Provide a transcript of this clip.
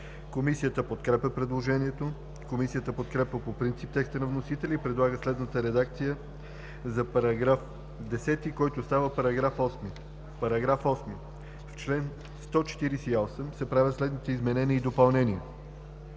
Комисията подкрепя предложението. Комисията подкрепя по принцип текста на вносителя и предлага следната редакция за § 17: „§ 17. В чл. 177 се правят следните изменения и допълнения: